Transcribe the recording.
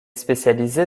spécialisée